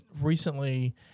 recently